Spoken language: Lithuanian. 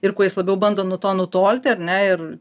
ir kuo jis labiau bando nuo to nutolti ar ne ir